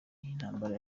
intambara